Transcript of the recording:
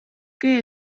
que